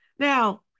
Now